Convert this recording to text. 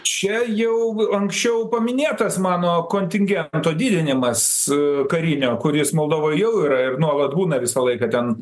čia jau anksčiau paminėtas mano kontingento didinimas karinio kuris moldovoj jau yra ir nuolat būna visą laiką ten